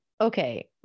Okay